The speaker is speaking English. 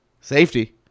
Safety